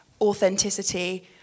authenticity